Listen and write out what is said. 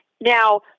Now